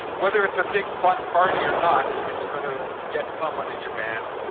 whether it's a big fun party or not, it's gonna get someone in your band.